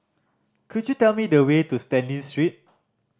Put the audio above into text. could you tell me the way to Stanley Street